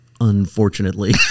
Unfortunately